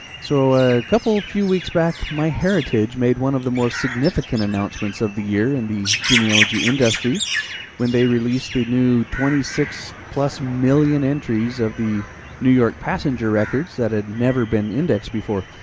so a couple few weeks back, my heritage made one of the more significant announcements of the year in the genealogy industry when they released the new twenty six plus million entries of the new york passenger records that had never been indexed before.